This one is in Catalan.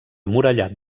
murallat